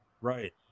right